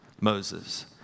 Moses